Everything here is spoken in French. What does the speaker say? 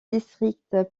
district